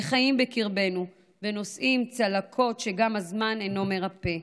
הם חיים בקרבנו ונושאים צלקות שגם הזמן אינו מרפא,